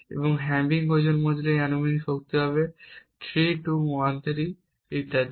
এবং তাই হ্যামিং ওজন মডেলে এটি অনুমানিক শক্তি হবে 3 2 1 3 ইত্যাদি